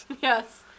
Yes